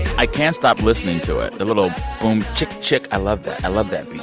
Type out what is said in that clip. i can't stop listening to it. the little boom, chick, chick i love that. i love that beat.